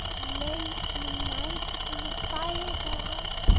late in the night when the fires are out,